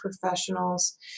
professionals